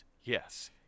Yes